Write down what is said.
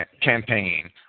campaign